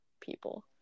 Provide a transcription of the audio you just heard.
people